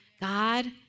God